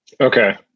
Okay